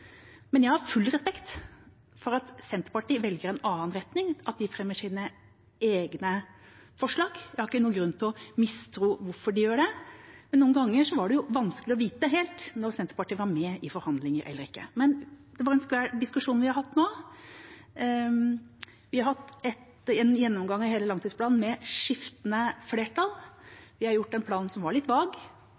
Men jeg har full respekt for at Senterpartiet velger en annen retning, at de fremmer sine egne forslag. Jeg har ikke noen grunn til å mistro hvorfor de gjør det. Men noen ganger var det vanskelig å vite helt når Senterpartiet var med i forhandlinger, eller ikke. Men vi har hatt en skvær diskusjon nå. Vi har hatt en gjennomgang av hele langtidsplanen med skiftende flertall. Vi har gjort en plan som var litt vag,